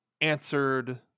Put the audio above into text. answered